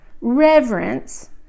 reverence